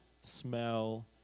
smell